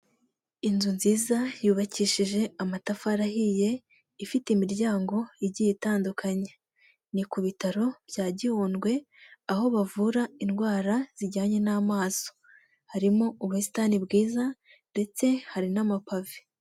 Inzu nziza yubakishije amatafari ahiye ifite imiryango igiye itandukanyekanya ni ku bitaro bya gihundwe aho bavura indwara zijyanye n'amaso, harimo ubusitani bwiza ndetse hari n'amapave.